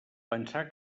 pensar